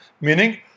meaning